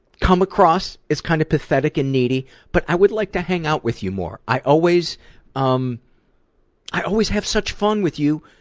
come across as kind of pathetic and needy, but i would like to hang out with you more. i always um i always have such fun with you,